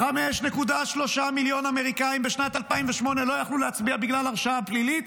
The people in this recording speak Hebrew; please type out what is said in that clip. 5.3 מיליון אמריקאים בשנת 2008 לא יכלו להצביע בגלל הרשעה פלילית,